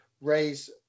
raise